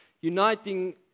uniting